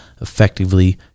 effectively